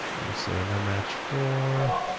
and we'll say, no match for